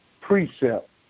precept